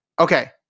Okay